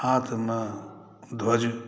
हाथमे ध्वज